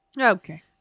okay